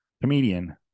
comedian